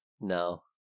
No